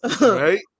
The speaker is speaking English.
Right